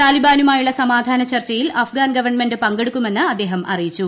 താലിബാനുമായുള്ള സമാധാന ചർച്ചയിൽ അഫ്ഗാൻ ഗവൺമെന്റ് പങ്കെടുക്കുമെന്ന് അദ്ദേഹം അറിയിച്ചു